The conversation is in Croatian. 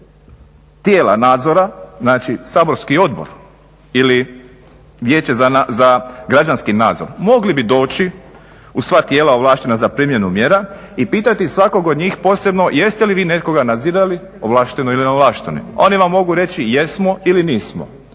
tijela nadzora, znači saborski odbor ili vijeće za građanski nadzor mogli bi doći u sva tijela ovlaštena za primjenu mjera i pitati svakog od njih posebno jeste li vi nekoga nadzirali ovlašteni ili ne ovlašteni. Oni vam mogu reći jesmo ili nismo